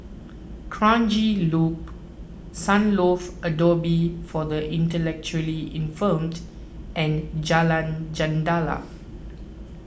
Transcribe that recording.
Kranji Loop Sunlove Abode for the Intellectually Infirmed and Jalan Jendela